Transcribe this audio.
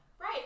right